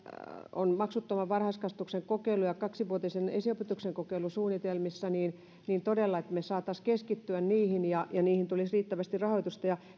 on maksuttoman varhaiskasvatuksen kokeilu ja kaksivuotisen esiopetuksen kokeilu suunnitelmissa niin todella olisi tärkeää että me saisimme keskittyä niihin ja että niihin tulisi riittävästi rahoitusta ja